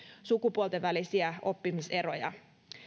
sukupuolten välisiä oppimiseroja